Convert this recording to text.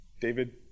David